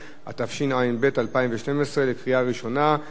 התשע"ב 2012, בקריאה ראשונה.